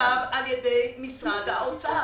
--- מתוקצב על-ידי משרד האוצר.